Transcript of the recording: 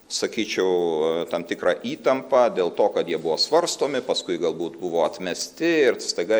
sakyčiau tam tikrą įtampą dėl to kad jie buvo svarstomi paskui galbūt buvo atmesti ir staiga